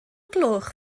gloch